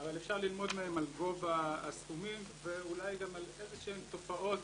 אבל אפשר ללמוד מהם על גובה הסכומים ואולי גם על איזה שהן תופעות